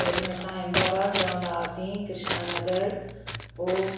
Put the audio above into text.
पहिरियूं असां अहमदाबाद रवंदा हुआसीं कृष्णा नगर पोइ